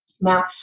Now